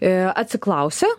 i atsiklausia